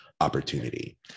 opportunity